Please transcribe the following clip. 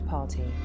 Party